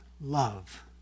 love